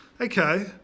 okay